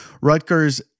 Rutgers